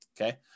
Okay